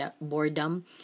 boredom